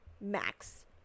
max